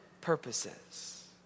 purposes